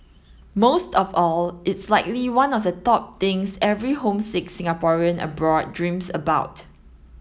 most of all it's likely one of the top things every homesick Singaporean abroad dreams about